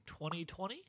2020